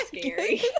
scary